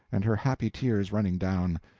and her happy tears running down.